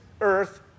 earth